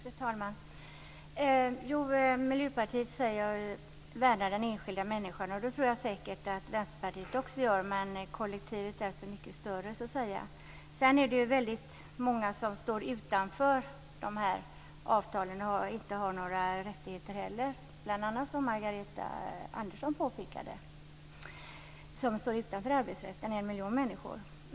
Fru talman! Miljöpartiet värnar den enskilda människan, och det tror jag säkert att också Vänsterpartiet gör, men kollektivet är så mycket större så att säga. Sedan är det väldigt många som står utanför avtalen och som inte har några rättigheter. Som bl.a. Margareta Andersson påpekade är det en miljon människor som står utanför arbetsrätten.